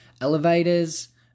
elevators